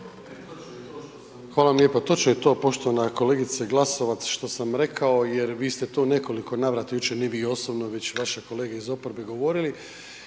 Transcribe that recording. Hvala vam lijepo. Točno je to poštovana kolegice Glasovac što sam rekao jer vi ste to nekoliko navrata jučer, ne vi osobno, već vaše kolege iz oporbe govorili